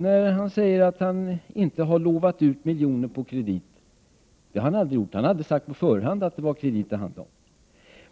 när Jan-Erik Wikström säger att han inte har 7 lovat ut miljoner på kredit. Det har han aldrig gjort. Han har aldrig sagt på förhand att det var kredit det handlade om.